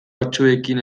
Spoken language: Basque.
batzuekin